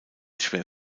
schwer